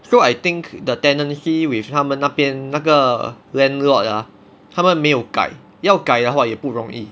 so I think the tenancy with 他们那边那个 landlord ah 他们没有改要改的话也不容易